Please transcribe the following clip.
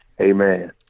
amen